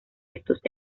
estos